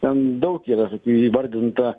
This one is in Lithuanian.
ten daug yra įvardinta